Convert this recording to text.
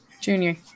Junior